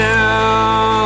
now